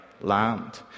land